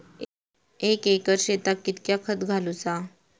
एक एकर शेताक कीतक्या खत घालूचा?